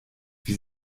wie